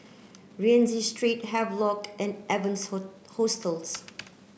Rienzi Street Havelock and Evans Hostels